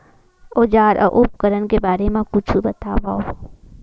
औजार अउ उपकरण के बारे मा कुछु बतावव?